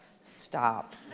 stop